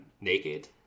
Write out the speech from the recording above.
naked